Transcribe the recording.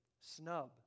snub